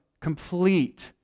complete